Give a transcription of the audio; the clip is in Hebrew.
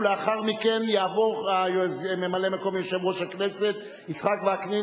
ולאחר מכן יבוא ממלא-מקום יושב-ראש הכנסת יצחק וקנין,